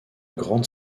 grande